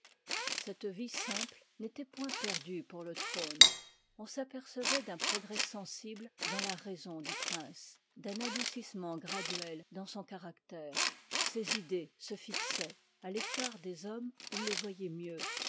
cette vie simple n'étoit point perdue pour le trône on s'apercevoit d'un progrès sensible dans la raison du prince d'un adoucissement graduel dans son carac tère ses idées se fixoient à écart des hommes il les voyoit mieux